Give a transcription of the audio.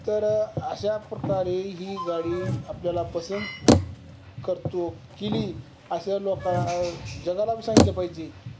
तर अशा प्रकारे ही गाडी आपल्याला पसंत करतो केली अशा लोकां जगाला बी सांगितलं पाहिजे